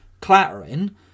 Clattering